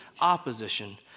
opposition